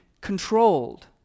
controlled